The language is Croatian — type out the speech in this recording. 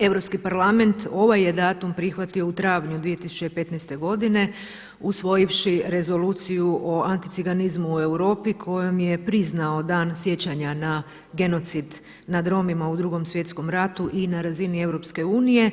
Europski parlament ovaj je datum prihvatio u travnju 2015. godine usvojivši Rezoluciju o anticiganizmu u Europi kojom je priznao Dan sjećanja na genocid nad Romima u Drugom svjetskom ratu i na razini EU.